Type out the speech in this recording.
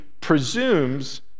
presumes